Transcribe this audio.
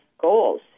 goals